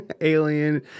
Alien